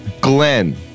Glenn